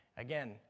Again